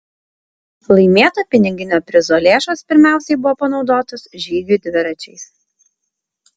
laimėto piniginio prizo lėšos pirmiausiai buvo panaudotos žygiui dviračiais